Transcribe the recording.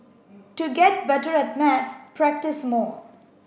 to get better at maths practise more